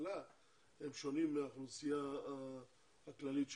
אבטלה הם שונים מהאוכלוסייה הכללית שלנו.